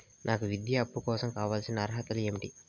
నాకు విద్యా అప్పు కోసం కావాల్సిన అర్హతలు ఏమి?